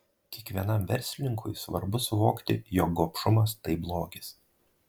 kiekvienam verslininkui svarbu suvokti jog gobšumas tai blogis